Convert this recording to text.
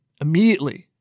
immediately